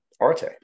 Arte